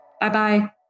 bye-bye